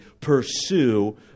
pursue